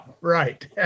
right